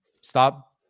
stop